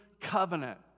covenant